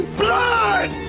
blood